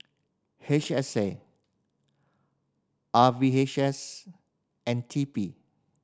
H S A R V H S and T P